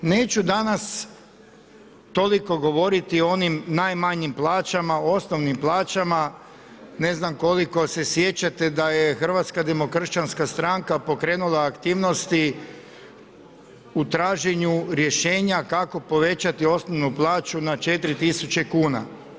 Neću danas toliko govoriti o onim najmanjim plaćama, osnovnim plaćama, ne znam koliko se sjećate da je Hrvatska demokršćanska stranka pokrenula aktivnosti u traženju rješenja kako povećati osnovnu plaću na 4000kn.